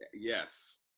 Yes